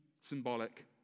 symbolic